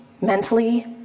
mentally